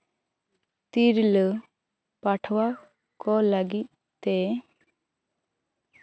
ᱛᱤᱨᱞᱟᱹ ᱯᱟᱴᱷᱩᱣᱟᱹ ᱠᱚ ᱞᱟ ᱜᱤᱫ ᱛᱮ